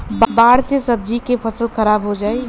बाढ़ से सब्जी क फसल खराब हो जाई